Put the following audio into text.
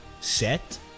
set